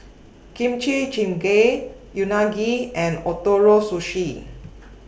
Kimchi Jjigae Unagi and Ootoro Sushi